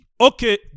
okay